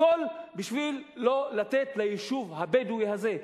הכול בשביל לא לתת ליישוב הבדואי הזה,